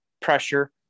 pressure